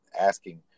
asking